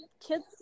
kids